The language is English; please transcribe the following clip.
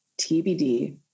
TBD